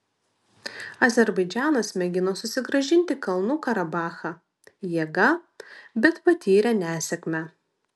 azerbaidžanas mėgino susigrąžinti kalnų karabachą jėga bet patyrė nesėkmę